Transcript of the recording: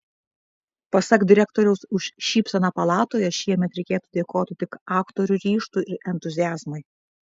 pasak direktoriaus už šypseną palatoje šiemet reikėtų dėkoti tik aktorių ryžtui ir entuziazmui